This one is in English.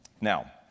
Now